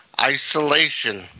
isolation